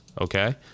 Okay